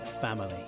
family